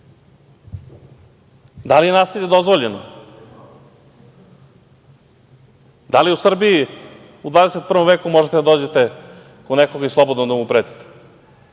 li je nasilje dozvoljeno? Da li u Srbiji u 21. veku možete da dođete kod nekoga i slobodno da pretite?